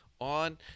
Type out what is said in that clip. on